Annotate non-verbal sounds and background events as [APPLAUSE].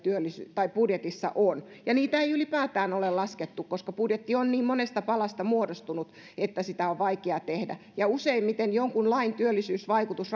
budjetissa on ja niitä ei ylipäätään ole laskettu koska budjetti on niin monesta palasta muodostunut että sitä on vaikea tehdä useimmiten jonkun lain työllisyysvaikutus [UNINTELLIGIBLE]